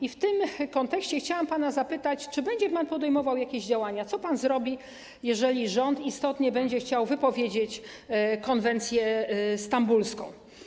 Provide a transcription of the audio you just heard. I w tym kontekście chciałam pana także zapytać: Czy będzie pan podejmował jakieś działania, co pan zrobi, jeżeli rząd istotnie będzie chciał wypowiedzieć konwencję stambulską?